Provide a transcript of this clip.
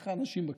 איך האנשים בכנסת?